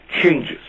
changes